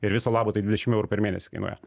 ir viso labo tai dvidešimt eurų per mėnesį kainuoja